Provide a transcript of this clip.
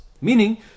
Meaning